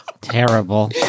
terrible